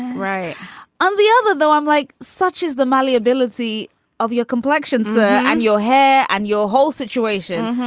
right on the other though i'm like such as the malleability of your complexion so and your hair and your whole situation.